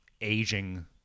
aging